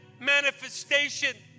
manifestation